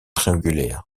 triangulaires